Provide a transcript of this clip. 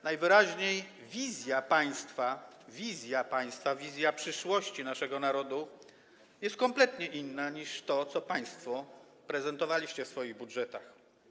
Najwyraźniej wizja państwa - wizja państwa - wizja przyszłości naszego narodu jest kompletnie inna niż ta, którą państwo prezentowaliście w swoich budżetach.